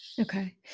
okay